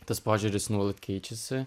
tas požiūris nuolat keičiasi